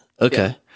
Okay